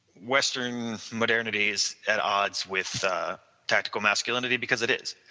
western modernities and odds with tactical masculinity because it is,